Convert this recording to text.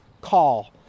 call